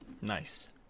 Nice